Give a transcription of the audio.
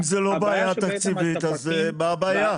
אם זו לא בעיה תקציבית, אז מה הבעיה?